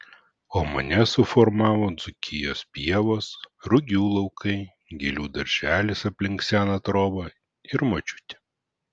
o mane suformavo dzūkijos pievos rugių laukai gėlių darželis aplink seną trobą ir močiutė